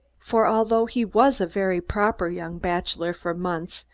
for although he was a very proper young bachelor for months,